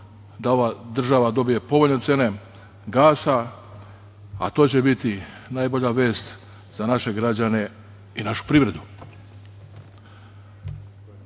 da ova država dobije povoljne cene gasa, a to će biti najbolja vest za naše građane i našu privredu. Iz